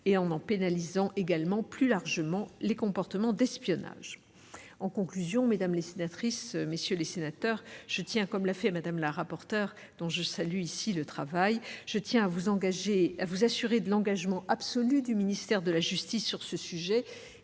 et en pénalisant plus largement les comportements d'espionnage. Mesdames les sénatrices, messieurs les sénateurs, je tiens, comme l'a fait Mme la rapporteure, dont je salue le travail, à vous assurer de l'engagement absolu du ministère de la justice sur ce sujet,